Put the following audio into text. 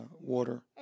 water